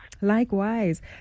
Likewise